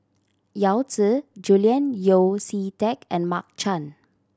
Yao Zi Julian Yeo See Teck and Mark Chan